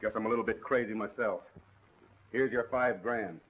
i guess i'm a little bit crazy myself here's your five grand